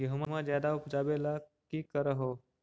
गेहुमा ज्यादा उपजाबे ला की कर हो?